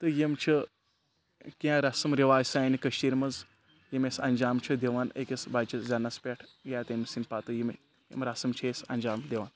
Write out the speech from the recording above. تہٕ یِم چھِ کینٛہہ رَسم رِواج سانہِ کٔشیٖرِ منٛز یِم أسۍ اَنجام چھِ دِوان أکِس بَچہِ زیٚنَس پٮ۪ٹھ یا تٔمۍ سٕنٛد پَتہٕ یِم رَسم چھِ أسۍ اَنجام دِوان